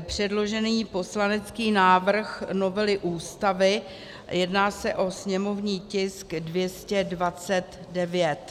předložený poslanecký návrh novely Ústavy, a jedná se o sněmovní tisk 229.